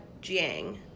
Jiang